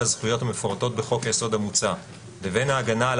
הזכויות המפורטות בחוק-היסוד המוצע לבין ההגנה על